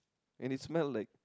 and it's smell like